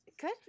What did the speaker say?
Good